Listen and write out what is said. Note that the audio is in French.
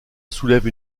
soulèvent